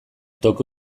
toki